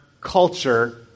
culture